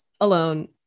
alone